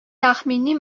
tahmini